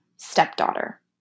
stepdaughter